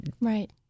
Right